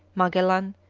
magellan,